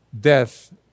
death